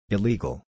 Illegal